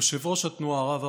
יושב-ראש התנועה,